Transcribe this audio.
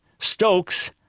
Stokes